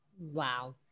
Wow